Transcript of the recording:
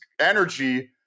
energy